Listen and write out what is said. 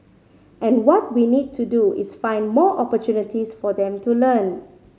and what we need to do is find more opportunities for them to learn